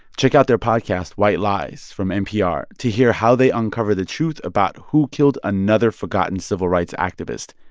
check out their podcast, white lies from npr, to hear how they uncover the truth about who killed another forgotten civil rights activist,